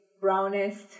brownest